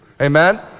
Amen